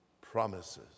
promises